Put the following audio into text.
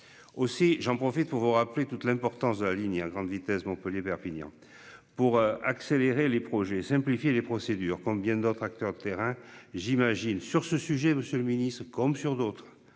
Aussi j'en profite pour vous rappeler toute l'importance de la ligne à grande vitesse Montpellier Perpignan pour accélérer les projets simplifier les procédures comme bien d'autres acteurs de terrain j'imagine sur ce sujet, Monsieur le Ministre, comme sur d'autres,